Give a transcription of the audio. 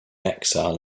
exile